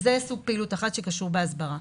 זה סוג פעילות אחד שקשור בהסברה.